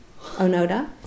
Onoda